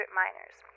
miners